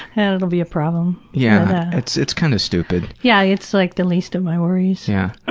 and that'll be a problem. yeah, it's it's kind of stupid. yeah, it's like the least of my worries. yeah.